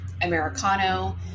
Americano